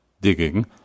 digging